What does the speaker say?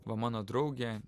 va mano draugė